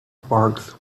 barks